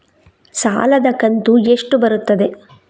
ಸಾಲದ ಕಂತು ಎಷ್ಟು ಬರುತ್ತದೆ?